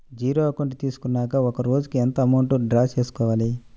Zero account తీసుకున్నాక ఒక రోజుకి ఎంత అమౌంట్ డ్రా చేసుకోవాలి?